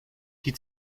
die